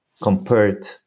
compared